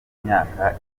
imyaka